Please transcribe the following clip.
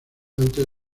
antes